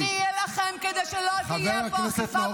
No more.